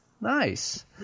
Nice